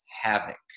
havoc